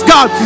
God